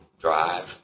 drive